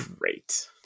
great